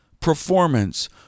performance